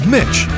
Mitch